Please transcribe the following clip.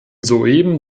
soeben